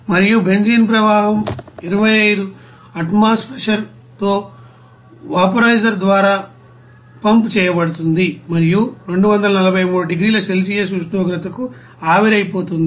మరియు బెంజీన్ ప్రవాహం 25 వాతావరణ ప్రెషర్ తో వాపో రైజర్ ద్వారా పంప్ చేయబడుతుంది మరియు 243 డిగ్రీల సెల్సియస్ ఉష్ణోగ్రతకు ఆవిరైపోతుంది